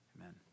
Amen